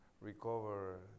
recover